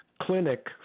clinic